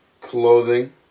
Clothing